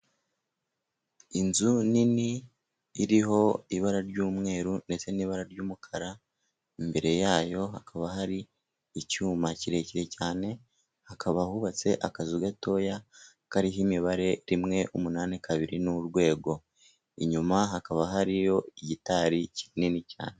Inzu nini, iriho ibara ry'umweru ndetse n'ibara ry'umukara, imbere yayo hakaba hari icyuma kirekire cyane , hakaba hubatse akazu gatoya, kariho imibare rimwe, umunane, kabiri n'urwego. Inyuma hakaba hariho igitari kinini cyane.